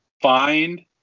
find